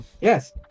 Yes